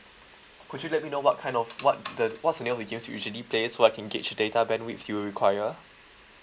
could you let me know what kind of what the what's the new game you usually plays so I can gauge data plan which you require